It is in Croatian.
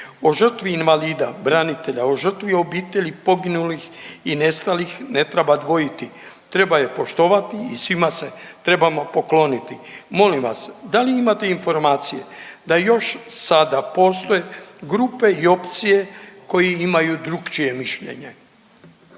O žrtvi invalida branitelja, o žrtvi obitelji poginulih i nestalih ne treba dvojiti. Treba je poštovati i svima se trebamo pokloniti. Molim vas da li imate informacije da još sada postoje grupe i opcije koje imaju drukčije mišljenje.